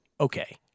Okay